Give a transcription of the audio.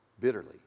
bitterly